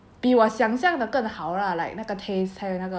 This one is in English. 比我想象的更好 lah like 那个 taste 还有那个